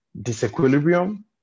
disequilibrium